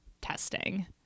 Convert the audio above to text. testing